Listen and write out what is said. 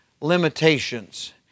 limitations